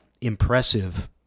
impressive